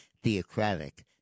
theocratic